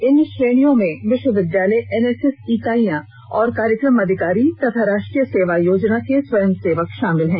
इन श्रेणियों में विश्वविद्यालय एनएसएस इकाइयां और कार्यक्रम अधिकारी तथा राष्ट्रीय सेवा योजना के स्वयं सेवक शामिल हैं